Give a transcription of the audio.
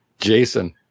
jason